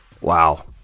Wow